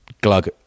glug